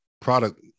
product